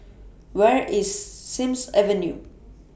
Where IS Sims Avenue